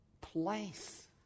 place